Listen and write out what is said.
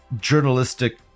Journalistic